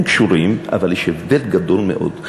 הם קשורים, אבל יש הבדל גדול מאוד.